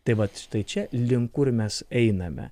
tai vat štai čia link kur mes einame